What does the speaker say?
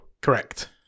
correct